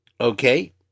Okay